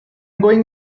going